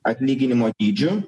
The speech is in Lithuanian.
atlyginimo dydžiu